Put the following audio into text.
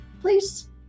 Please